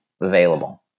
available